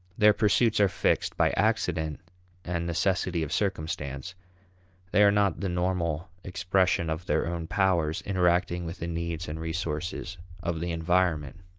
their pursuits are fixed by accident and necessity of circumstance they are not the normal expression of their own powers interacting with the needs and resources of the environment.